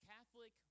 Catholic